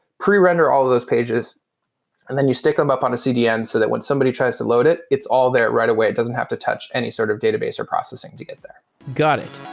pre-render all of those pages and then you stick them up on a cdn, so that when somebody tries to load it, it's all there right away. it doesn't have to touch any sort of database or processing to get there got it